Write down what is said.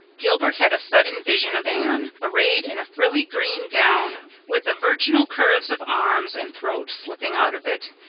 gilbert had a sudden vision of anne, arrayed in a frilly green gown, with the virginal curves of arms and throat slipping out of it,